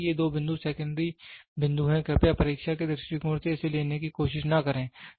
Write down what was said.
देखें कि ये दो बिंदु सेकेंड्री बिंदु हैं कृपया परीक्षा के दृष्टिकोण से इसे लेने की कोशिश न करें